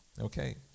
Okay